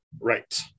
Right